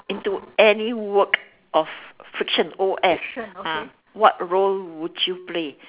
into any work of fiction O F what role would you play